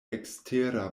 ekstera